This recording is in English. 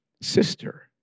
sister